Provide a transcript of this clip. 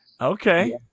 Okay